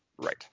Right